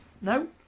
no